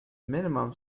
minimum